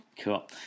Cool